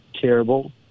terrible